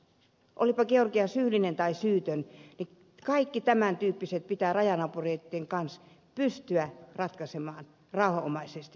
olipa georgia syyllinen tai syytön niin kaikki tämän tyyppiset asiat pitää rajanaapureitten kanssa pystyä ratkaisemaan rauhanomaisesti neuvotellen